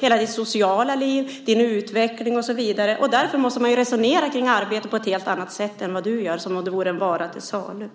ditt sociala liv, din utveckling, och så vidare. Därför måste man resonera om arbete på ett helt annat sätt än vad du gör som om det vore en vara till salu.